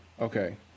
Okay